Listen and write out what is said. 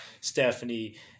Stephanie